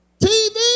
TV